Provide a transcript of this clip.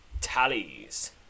Tallies